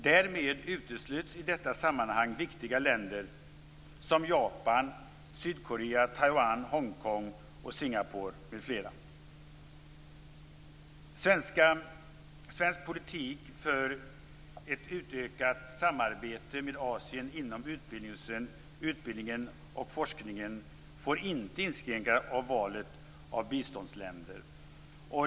Därmed utesluts i detta sammanhang viktiga länder som Japan, Sydkorea, Taiwan, Hongkong, Singapore m.fl. Svensk politik för ett utökat samarbete med Asien inom utbildning och forskning får inte inskränkas av valet av biståndsländer.